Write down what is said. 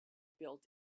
built